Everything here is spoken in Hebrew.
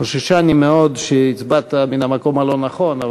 חוששני מאוד שהצבעת מן המקום הלא-נכון.